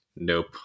Nope